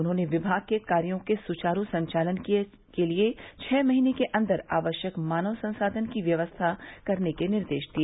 उन्होंने विभाग के कार्यो के सुचारु संचालन के लिए छः महीने के अन्दर आवश्यक मानव संसाधन की व्यवस्था करने के निर्देश दिए